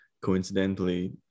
Coincidentally